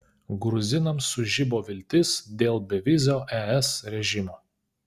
gruzinams sužibo viltis dėl bevizio es režimo